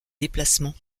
déplacements